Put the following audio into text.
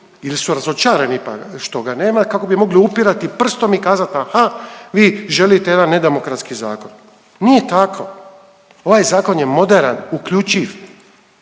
jer su razočarani što ga nema, kako bi mogli upirati prstom i kazat, aha, vi želite jedan nedemokratski zakon. Nije tako. Ovaj zakon je moderan, uključiv.